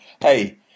Hey